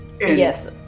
Yes